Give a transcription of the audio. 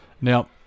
Now